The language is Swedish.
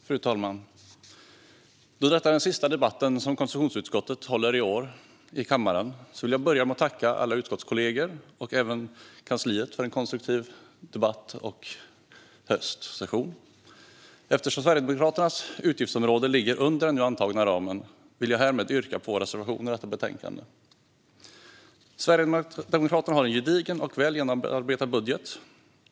Fru talman! Då detta är den sista debatten för oss i konstitutionsutskottet i kammaren i år vill jag börja med att tacka alla utskottskollegor och utskottskansliet för en konstruktiv höstsession. Eftersom Sverigedemokraternas utgiftsområdesmotion ligger under den nu antagna ramen vill jag härmed yrka bifall till vår reservation. Sverigedemokraterna har en gedigen och väl genomarbetad budget.